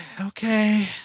Okay